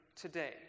today